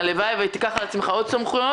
הלוואי ותיקח על עצמך עוד סמכויות.